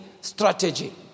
strategy